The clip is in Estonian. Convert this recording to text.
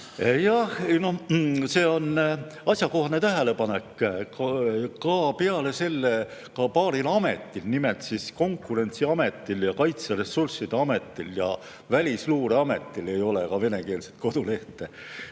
see on asjakohane tähelepanek. Peale selle ka mõnel ametil, nimelt Konkurentsiametil, Kaitseressursside Ametil ja Välisluureametil ei ole venekeelset kodulehte.